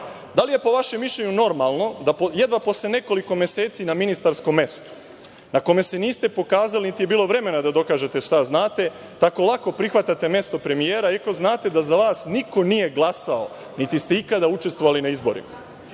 Da li je po vašem mišljenju normalno da jedva posle nekoliko meseci na ministarskom mestu na kome se niste pokazali, niti je bilo vremena da dokažete šta znate, tako lako prihvatate mesto premijera, iako znate da za vas niko nije glasao, niti ste ikada učestvovali na izborima? Za